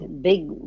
big